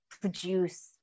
produce